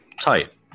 tight